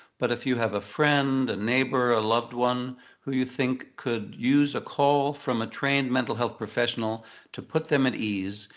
but if you have a friend, a neighbor, a loved one who you think could use a call from a trained mental health professional to put them at ease,